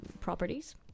properties